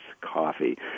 coffee